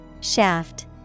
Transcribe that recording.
Shaft